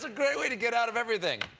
ah great way to get out of everything.